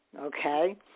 okay